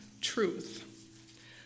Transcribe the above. truth